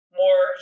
more